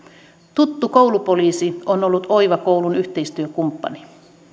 tuttu koulupoliisi on ollut oiva koulun yhteistyökumppani